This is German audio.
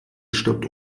stirbt